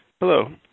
Hello